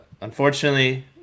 unfortunately